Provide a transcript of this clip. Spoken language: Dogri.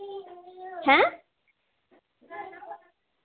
हैं